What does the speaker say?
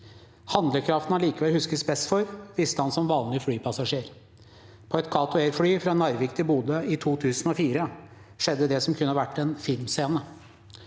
Handlekraften han likevel huskes best for, viste han som vanlig flypassasjer. På et Kato Air-fly fra Narvik til Bodø i 2004 skjedde det som kunne vært en filmscene.